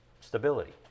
stability